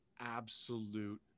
absolute